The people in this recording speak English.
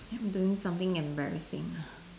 then we doing something embarrassing ah